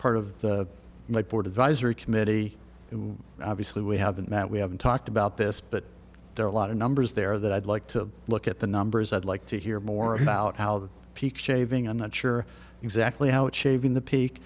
part of the white board advisory committee and obviously we haven't met we haven't talked about this but there are a lot of numbers there that i'd like to look at the numbers i'd like to hear more about how the peak shaving i'm not sure exactly how it's shaving the peak